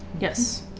Yes